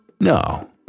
No